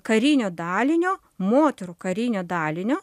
karinio dalinio moterų karinio dalinio